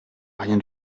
rien